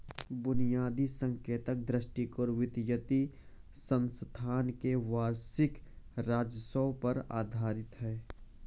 बुनियादी संकेतक दृष्टिकोण वित्तीय संस्थान के वार्षिक राजस्व पर आधारित है